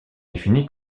défini